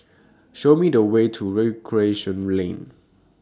Show Me The Way to Recreation Lane